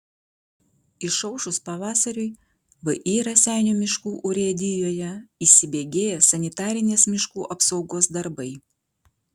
išaušus pavasariui vį raseinių miškų urėdijoje įsibėgėja sanitarinės miškų apsaugos darbai